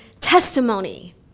testimony